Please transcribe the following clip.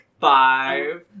Five